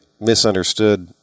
misunderstood